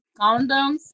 condoms